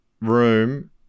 Room